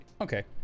Okay